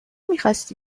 میخواستی